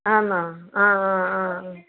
ആണോ ആ ആ ആ ആ